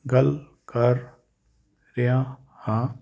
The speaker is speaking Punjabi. ਗੱਲ ਕਰ ਰਿਹਾ ਹਾਂ